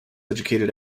educated